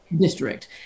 district